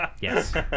Yes